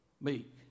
meek